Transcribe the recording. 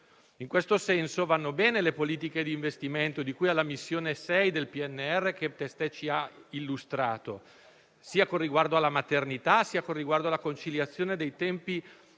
In questo senso, vanno bene le politiche di investimento, di cui alla missione 6 del PNRR, che testé ci ha illustrato, sia con riguardo alla maternità, sia con riguardo alla conciliazione dei tempi